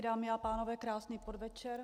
Dámy a pánové, krásný podvečer.